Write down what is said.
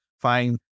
fine